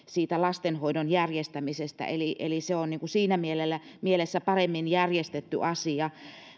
siitä lastenhoidon järjestämisestä eli eli se on siinä mielessä paremmin järjestetty asia